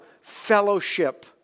fellowship